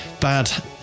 bad